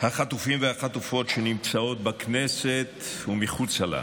החטופים והחטופות שנמצאות בכנסת ומחוצה לה,